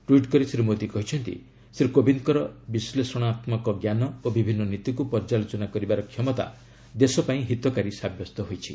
tweet କରି ଶ୍ରୀ ମୋଦି କହିଛନ୍ତି ଶ୍ରୀ କୋବିନ୍ଦ୍ଙ୍କର ବିଶ୍ଳେଷଣାତ୍ମକ ଜ୍ଞାନ ଓ ବିଭିନ୍ନ ନୀତିକୁ ପର୍ଯ୍ୟାଲୋଚନା କରିବାର କ୍ଷମତା ଦେଶପାଇଁ ହିତକାରୀ ସାବ୍ୟସ୍ତ ହୋଇଛି